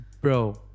Bro